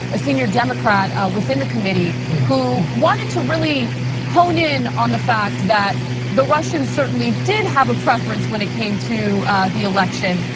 a senior democrat within the committee who wanted to really hone in on the fact that the russians certainly did have a preference when it came to the election.